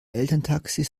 elterntaxis